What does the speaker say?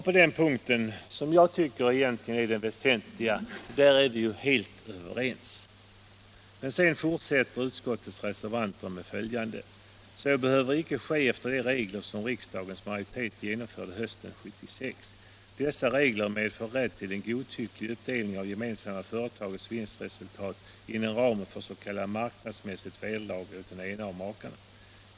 På den punkten, som jag tycker egentligen är den väsentliga, är vi helt överens. Men sedan fortsätter utskottets reservanter på följande sätt: ”Så behöver icke ske efter de regler som riksdagens majoritet genomförde hösten 1976. Dessa regler medför rätt till godtycklig uppdelning av det gemensamma företagets vinstresultat inom ramen för s.k. marknadsmässigt vederlag åt den ene av makarna.